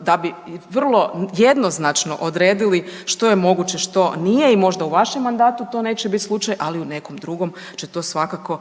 da bi vrlo jednoznačno odredili što je moguće, što nije i možda u vašem mandatu to neće biti slučaj, ali u nekom drugom će to svakako